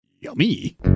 Yummy